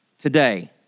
today